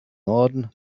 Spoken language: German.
norden